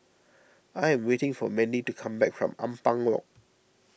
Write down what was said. I am waiting for Mandie to come back from Ampang Walk